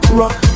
rock